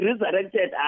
resurrected